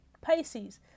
Pisces